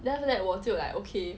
then after that 我就 like okay